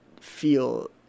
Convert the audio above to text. feel